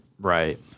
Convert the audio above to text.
right